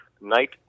Night